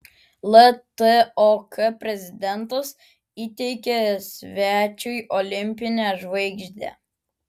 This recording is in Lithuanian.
ltok prezidentas įteikė svečiui olimpinę žvaigždę